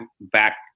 back